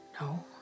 no